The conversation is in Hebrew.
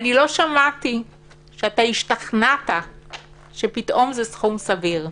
לא שמעתי שהשתכנעת שפתאום זה סכום סביר.